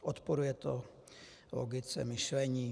Odporuje to logice myšlení.